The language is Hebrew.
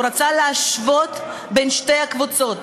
הוא רצה להשוות את שתי הקבוצות,